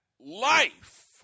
life